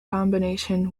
combination